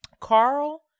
Carl